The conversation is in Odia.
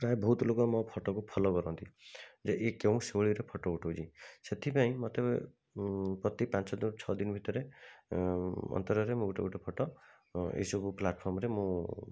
ପ୍ରାୟ ବହୁତ ଲୋକ ମୋ ଫଟୋକୁ ଫଲୋ କରନ୍ତି ଯେ ୟେ କେଉଁ ଶୈଳୀରେ ଫଟୋ ଉଠାଉଛି ସେଥିପାଇଁ ମୋତେ ପ୍ରତି ପାଞ୍ଚଦିନ ଛଅ ଦିନ ଭିତରେ ଅନ୍ତରରେ ମୁଁ ଗୋଟେ ଗୋଟେ ଫଟୋ ଏଇସବୁ ପ୍ଲାଟ୍ଫର୍ମରେ ମୁଁ